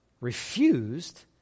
refused